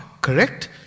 correct